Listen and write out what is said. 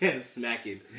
Smacking